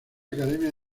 academia